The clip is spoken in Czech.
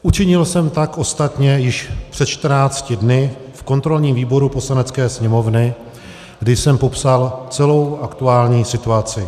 Učinil jsem tak ostatně již před 14 dny v kontrolním výboru Poslanecké sněmovny, kdy jsem popsal celou aktuální situaci.